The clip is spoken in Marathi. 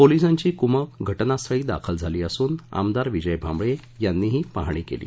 पोलीसांची कुमक घटनास्थळी दाखल झाली असून आमदार विजय भांबळे यांनीही पाहणी केली